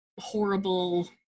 horrible